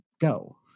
go